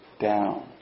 down